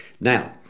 Now